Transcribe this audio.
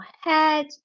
head